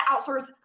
outsource